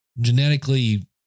genetically